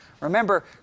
Remember